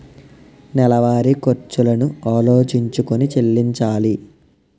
నెలవారి ఖర్చులను ఆలోచించుకొని చెల్లించాలి